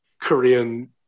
Korean